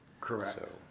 Correct